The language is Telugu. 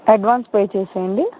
అడ్వాన్స్ పే చేసేయండి